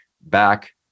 back